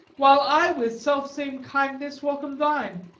while i with self-same kindness welcome thine.